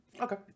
Okay